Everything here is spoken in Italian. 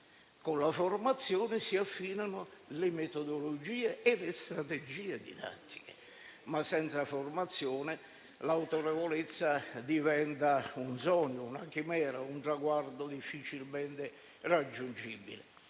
Con la formazione, si affinano le metodologie e le strategie didattiche; mentre, senza formazione, l'autorevolezza diventa un sogno, una chimera, un traguardo difficilmente raggiungibile.